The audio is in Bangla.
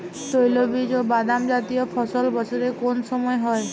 তৈলবীজ ও বাদামজাতীয় ফসল বছরের কোন সময় হয়?